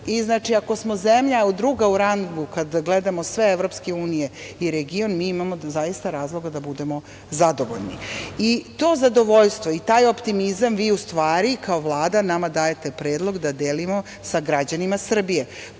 ako smo zemlja druga u rangu kada gledamo sve zemlje Evropske unije i region, mi zaista imamo razloga da budemo zadovoljni i to zadovoljstvo i taj optimizam vi u stvari kao Vlada nama dajete predlog da delimo sa građanima Srbije. Pored